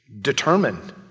determined